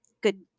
good